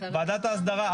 ועדת ההסדרה.